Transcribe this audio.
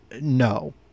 no